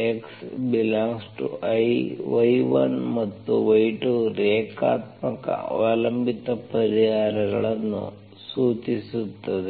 ∀ x∈I y1ಮತ್ತು y2 ರೇಖಾತ್ಮಕ ಅವಲಂಬಿತ ಪರಿಹಾರಗಳನ್ನು ಸೂಚಿಸುತ್ತದೆ